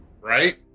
right